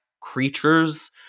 creatures